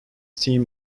teams